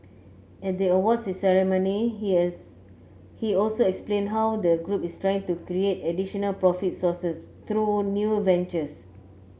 at the awards ceremony he he also explained how the group is trying to create additional profit sources through new ventures